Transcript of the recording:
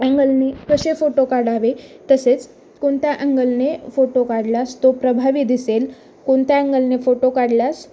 ॲंगलनी कसे फोटो काढावे तसेच कोणत्या अँंगलने फोटो काढल्यास तो प्रभावी दिसेल कोणत्या अँंगलने फोटो काढल्यास